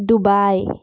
Dubai